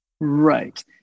Right